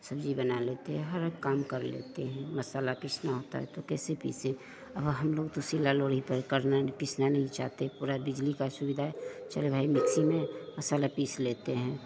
सब्जी बना लेते हैं हर काम कर लेते हैं मसाला पीसना होता है तो कैसे पीसे अब हम लोग तो सीला लोढ़ी पे करने पीसना नहीं चाहते पूरा बिजली का सुविधा है चलो भाई मिक्सी में मसाला पीस लेते हैं